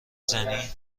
زنی